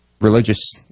religious